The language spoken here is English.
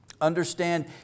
Understand